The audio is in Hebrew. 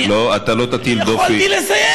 חברי הכנסת,